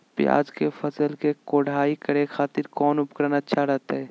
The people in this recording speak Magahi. प्याज के फसल के कोढ़ाई करे खातिर कौन उपकरण अच्छा रहतय?